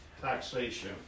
taxation